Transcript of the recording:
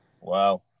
Wow